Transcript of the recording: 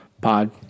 Pod